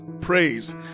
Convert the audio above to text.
praise